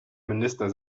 minister